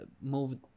moved